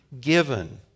given